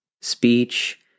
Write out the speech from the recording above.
speech